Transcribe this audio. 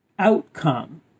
outcome